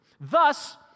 Thus